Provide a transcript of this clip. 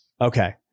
Okay